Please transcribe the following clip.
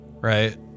right